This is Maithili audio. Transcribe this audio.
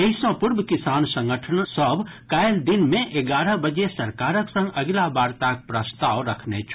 एहि सँ पूर्व किसानक संगठन सभ काल्हि दिन मे एगारह बजे सरकारक संग अगिला वार्ताक प्रस्ताव रखने छल